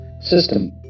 system